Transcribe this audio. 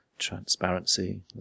transparency